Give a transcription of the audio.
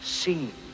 seen